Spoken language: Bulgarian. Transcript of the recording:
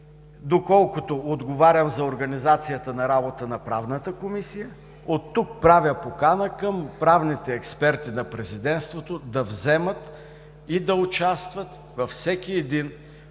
доколкото отговарям за организацията на работа на Правната комисия. Оттук правя покана към правните експерти на президентството да вземат и да участват във всяко едно